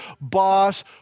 boss